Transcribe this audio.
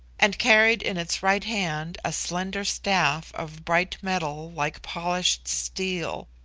and carried in its right hand a slender staff of bright metal like polished steel.